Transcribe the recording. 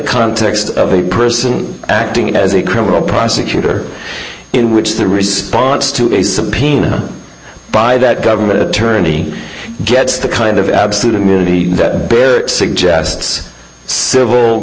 context of a person acting as a criminal prosecutor in which the response to a subpoena by that government attorney gets the kind of absolute immunity that suggests civil